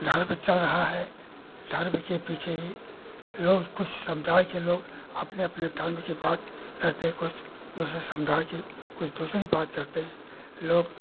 धर्म चल रहा है धर्म के पीछे ही लोग कुछ समुदाय के लोग अपने अपने धर्म की बात करते हैं कोई दूसरे समुदाय के कुछ दूसरी बात करते हैं लोग